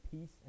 peace